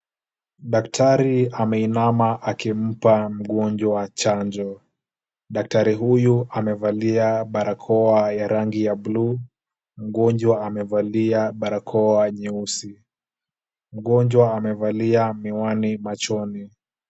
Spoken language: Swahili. Daktari ameinama akimpa mgonjwa chanjo. Daktari huyu amevalia barakoa ya rangi ya buluu. Mgonjwa amevalia barakoa nyeusi. Mgonjwa amevalia miwani machoni.